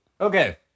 Okay